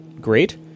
great